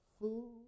fool